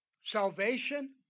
Salvation